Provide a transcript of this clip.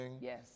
yes